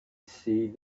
see